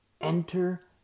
Enter